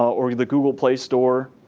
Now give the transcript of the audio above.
or the google play store,